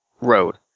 road